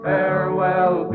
Farewell